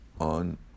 on